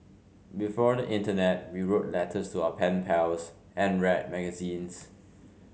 before the internet we wrote letters to our pen pals and read magazines